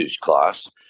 class